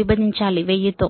విభజించాలి 1000 తో